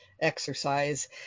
exercise